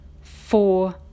four